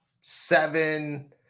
Seven